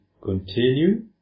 continue